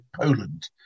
Poland